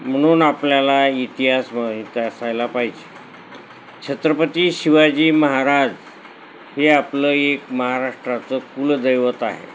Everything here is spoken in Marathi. म्हणून आपल्याला इतिहास माहीत असायला पाहिजे छत्रपती शिवाजी महाराज हे आपलं एक महाराष्ट्राचं कुलदैवत आहे